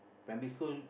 primary school